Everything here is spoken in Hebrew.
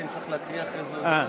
כי אני צריך אחרי זה הודעה.